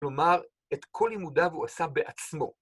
כלומר, את כל לימודיו הוא עשה בעצמו.